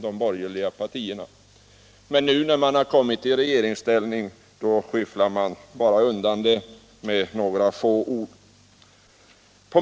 Men när man nu har kommit i regeringsställning skyfflar man undan frågorna med några få ord.